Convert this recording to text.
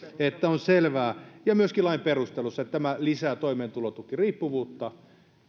että on selvää ja myöskin lain perusteluissa lukee että tämä lisää toimeentulotukiriippuvuutta